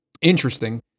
interesting